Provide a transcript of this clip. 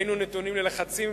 היינו נתונים ללחצים.